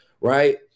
right